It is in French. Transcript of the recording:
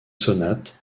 sonates